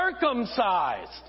circumcised